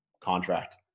contract